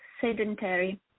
sedentary